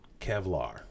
Kevlar